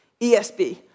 ESB